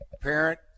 parent